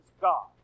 God